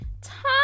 time